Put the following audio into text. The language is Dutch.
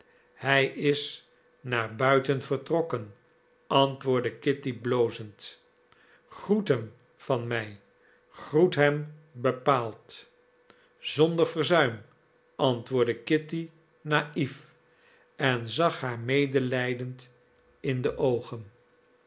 hij is naar buiten vertrokken antwoordde kitty blozend groet hem van mij groet hem bepaald zonder verzuim antwoordde kitty naïef en zag haar medelijdend in de oogen